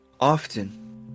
Often